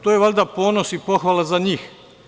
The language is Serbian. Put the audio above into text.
To je valjda ponos i pohvala za njih.